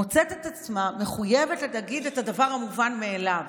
מוצאת את עצמה מחויבת להגיד את הדבר המובן מאליו,